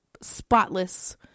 spotless